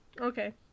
Okay